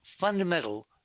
fundamental